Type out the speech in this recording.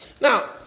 Now